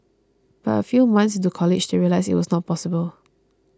but a few months into college they realised it was not possible